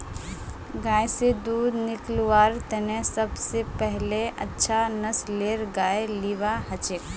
गाय स दूध निकलव्वार तने सब स पहिले अच्छा नस्लेर गाय लिबा हछेक